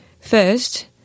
First